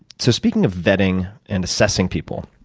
so speaking of vetting and assessing people,